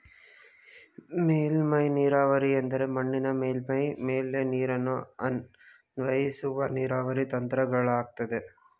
ಮೇಲ್ಮೈ ನೀರಾವರಿ ಎಂದರೆ ಮಣ್ಣಿನ ಮೇಲ್ಮೈ ಮೇಲೆ ನೀರನ್ನು ಅನ್ವಯಿಸುವ ನೀರಾವರಿ ತಂತ್ರಗಳಗಯ್ತೆ